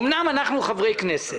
אמנם אנחנו חברי כנסת.